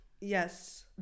yes